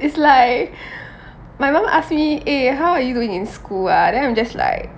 it's like my mum ask me eh how are you doing in school ah then I'm just like